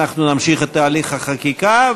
אנחנו נמשיך בתהליך החקיקה,